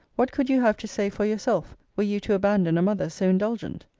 what could you have to say for yourself, were you to abandon a mother so indulgent?